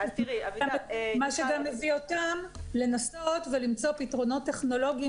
מה שגם הביא אותם לנסות ולמצוא פתרונות טכנולוגיים